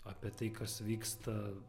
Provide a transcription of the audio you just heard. apie tai kas vyksta